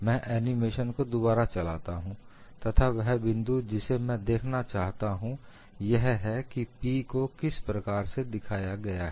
मैं एनिमेशन को दोबारा चलाता हूं तथा वह बिंदु जिसे मैं देखना चाहता हूं यह है कि P को किस प्रकार से दिखाया गया है